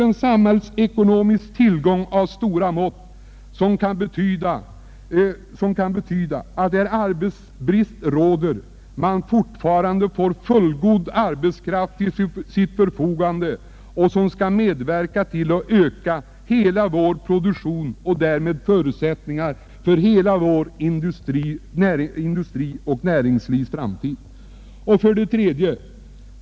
Den utgör en samhällsekonomisk tillgång av stora mått, varigenom man, där arbetskraftsbrist råder, snabbare kan få fullgod arbetskraft till sitt förfogande som kan medverka till att öka vår produktion och därmed förbättra förutsättningarna för hela industrin och näringslivet. Jag vill för det tredje uppmana näringslivets företrädare att snabbt vidta åtgärder.